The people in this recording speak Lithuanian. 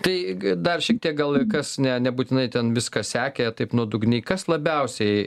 tai dar šiek tiek gal kas ne nebūtinai ten viską sekė taip nuodugniai kas labiausiai